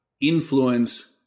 influence